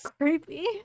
creepy